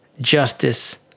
justice